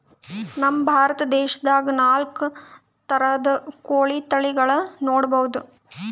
ನಮ್ ಭಾರತ ದೇಶದಾಗ್ ನಾಲ್ಕ್ ಥರದ್ ಕೋಳಿ ತಳಿಗಳನ್ನ ನೋಡಬಹುದ್